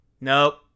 Nope